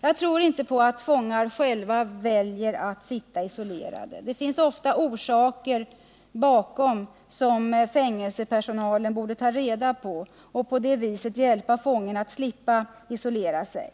Jag tror inte på att fångar själva väljer att sitta isolerade. Oftast finns det orsaker bakom, som fängelsepersonalen borde ta reda på och på det viset hjälpa fången att slippa isolera sig.